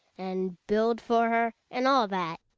and build for her, and all that.